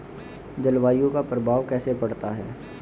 जलवायु का प्रभाव कैसे पड़ता है?